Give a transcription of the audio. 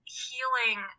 healing